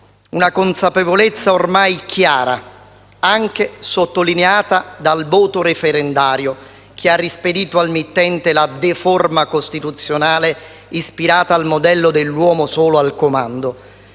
una consapevolezza ormai chiara, anche sottolineata dal voto referendario che ha rispedito al mittente la "deforma costituzionale "ispirata al modello dell'uomo solo al comando.